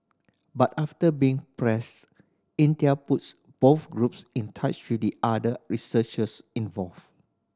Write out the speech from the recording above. but after being pressed Intel puts both groups in touch with the other researchers involved